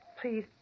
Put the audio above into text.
Please